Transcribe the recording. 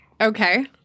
Okay